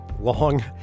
long